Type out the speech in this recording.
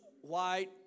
white